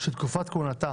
שתקופת כהונתה